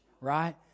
right